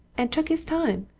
and took his time,